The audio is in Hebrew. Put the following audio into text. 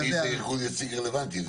מי זה יציג רלוונטי?